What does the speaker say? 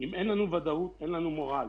אם אין לנו ודאות, אין לנו מורל.